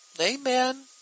Amen